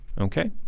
okay